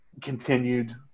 continued